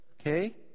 okay